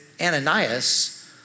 Ananias